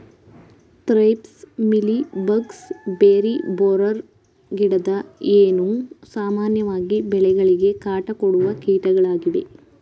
thrips, mealy bugs, berry borer, ಗಿಡದ ಹೇನು, ಸಾಮಾನ್ಯವಾಗಿ ಬೆಳೆಗಳಿಗೆ ಕಾಟ ಕೊಡುವ ಕೀಟಗಳಾಗಿವೆ